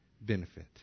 benefit